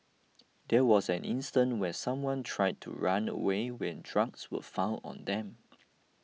there was an instance where someone tried to run away when drugs were found on them